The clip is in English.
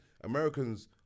Americans